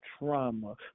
trauma